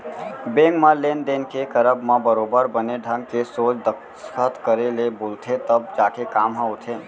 bank म लेन देन के करब म बरोबर बने ढंग के सोझ दस्खत करे ले बोलथे तब जाके काम ह होथे